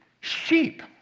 Sheep